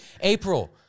April